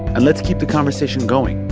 and let's keep the conversation going.